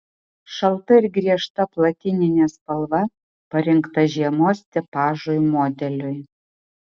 šalta ir griežta platininė spalva parinkta žiemos tipažui modeliui